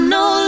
no